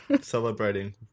Celebrating